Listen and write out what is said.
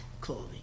clothing